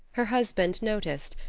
her husband noticed,